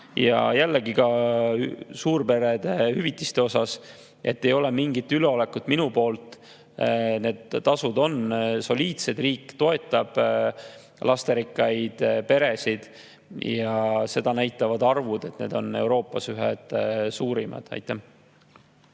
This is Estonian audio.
Jällegi, ka suurperede hüvitiste osas ei ole minul mingit üleolekut. Need tasud on soliidsed, riik toetab lasterikkaid peresid ja seda näitavad arvud, et need on Euroopas ühed suurimad. Siim